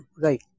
right